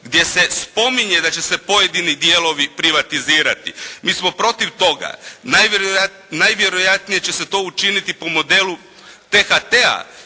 gdje se spominje da će se pojedini dijelovi privatizirati. Mi smo protiv toga. Najvjerojatnije će se to učiniti po modelu THT-a,